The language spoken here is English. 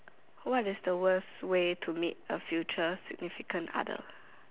what is the worst way to meet a future significant other